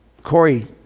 Corey